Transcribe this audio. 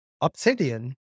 Obsidian